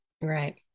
Right